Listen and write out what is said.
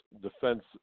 defense